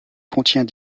contient